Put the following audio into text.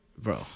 Bro